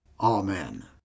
Amen